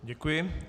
Děkuji.